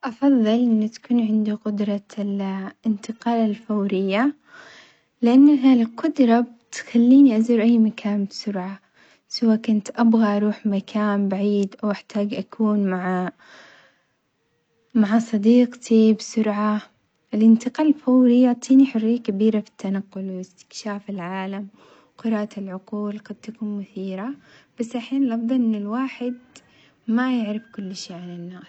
أفظل أن تكون عندي قدرة الإنتقال الفورية لأن ها القدرة بتخليني أزور أي مكان بسرعة، سوا كنت أبغى أروح مكان بعيد أو أحتاج أكون مع مع صديقتي بسرعة، الإنتقال الفوري يعطيني حرية كبير في التنقل وإستكشاف العالم، قراءة العقول قد تكون مثيرة بس أحيانًا أفظل الواحد ما يعرف كل شي على الناس.